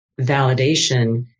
validation